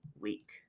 week